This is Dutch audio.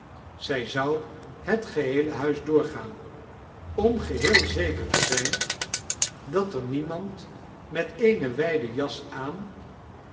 zij zou net geheele huis doorgaan om geheel zeker te zijn dat er niemand met eene wyde jas aan